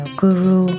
guru